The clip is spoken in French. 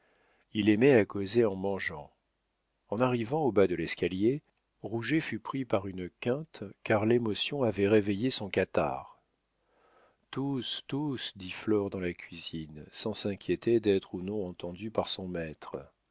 il aimait à causer en mangeant en arrivant au bas de l'escalier rouget fut pris par une quinte car l'émotion avait réveillé son catarrhe tousse tousse dit flore dans la cuisine sans s'inquiéter d'être ou non entendue par son maître